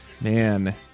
man